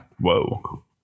Whoa